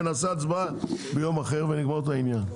ונעשה הצבעה ביום אחר ונגמור את העניין.